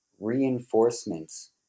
reinforcements